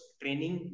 training